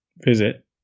visit